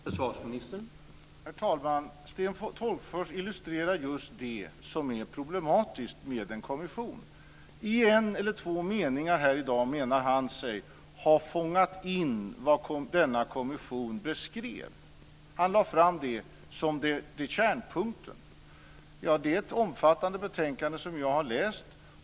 Herr talman! Sten Tolgfors illustrerar just det som är problematiskt med en kommission. I en eller två meningar här i dag menar han sig ha fångat in vad denna kommission beskrev. Han lade fram det som kärnpunkten. Det är ett omfattande betänkande, som jag har läst.